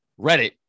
Reddit